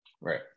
Right